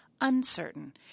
uncertain